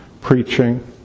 preaching